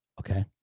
Okay